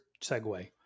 segue